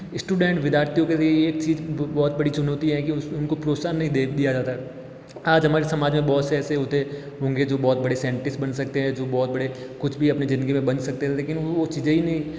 student विद्यार्थियों के लिए ये एक चीज़ बहुत बड़ी चुनौती है कि उनको प्रोत्साहन नहीं दे दिया जाता आज हमारे समाज में बहुत ऐसे होते होंगे जो बहुत बड़े सेन्टिस्ट बन सकते हैं जो बहुत बड़े कुछ भी अपनी ज़िंदगी में बन सकते हें लेकिन वो चीज़ें ही नहीं